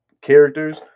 characters